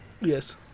Yes